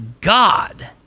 God